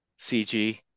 CG